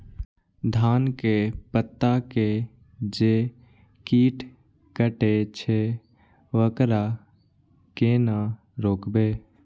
धान के पत्ता के जे कीट कटे छे वकरा केना रोकबे?